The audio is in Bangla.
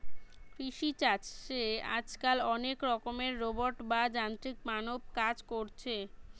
কৃষি চাষে আজকাল অনেক রকমের রোবট বা যান্ত্রিক মানব কাজ কোরছে